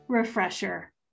Refresher